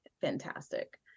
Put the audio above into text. fantastic